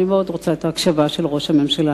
אני מאוד רוצה את ההקשבה של ראש הממשלה.